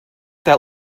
that